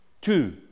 Two